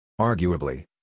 Arguably